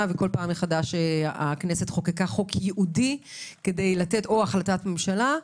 וכל פעם מחדש הכנסת חוקקה חוק ייעודי כדי לתת או החלטת ממשלה.